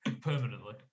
permanently